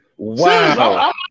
Wow